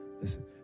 listen